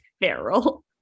Feral